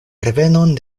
revenon